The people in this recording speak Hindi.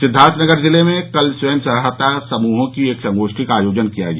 सिद्दार्थनगर जिले में कल स्वयं सहायता समूहों के एक संगोष्ठी का आयोजन किया गया